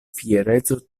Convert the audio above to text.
fiereco